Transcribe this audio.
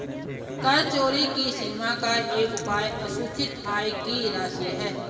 कर चोरी की सीमा का एक उपाय असूचित आय की राशि है